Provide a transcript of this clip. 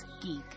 geek